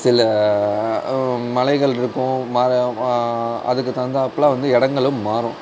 சில மலைகள் இருக்கும் அதுக்கு தகுந்தாப்புல வந்து இடங்களும் மாறும்